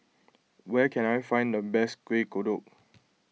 where can I find the best Kueh Kodok